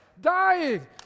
dying